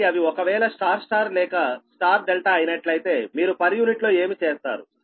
కాబట్టి అవి ఒకవేళ Y Y లేక Y ∆ అయినట్లయితే మీరు పర్ యూనిట్ లో ఏమి చేస్తారు